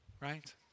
right